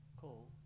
Cool